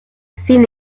sin